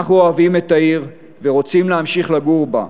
אנחנו אוהבים את העיר ורוצים להמשיך לגור בה.